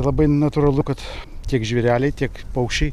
labai natūralu kad tiek žvėreliai tik paukščiai